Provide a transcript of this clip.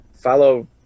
follow